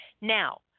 Now